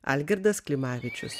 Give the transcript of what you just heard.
algirdas klimavičius